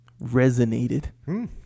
resonated